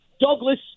Douglas